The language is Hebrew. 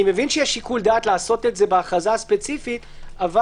אני מבין שיש שיקול דעת לעשות את זה בהכרזה ספציפית אבל